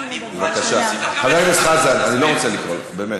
חבר הכנסת חזן, אני לא רוצה לקרוא אותך, באמת.